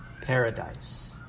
paradise